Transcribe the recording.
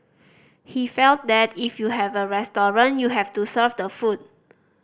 he felt that if you have a restaurant you have to serve the food